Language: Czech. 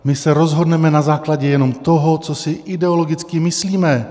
My se rozhodneme na základě jenom toho, co si ideologicky myslíme.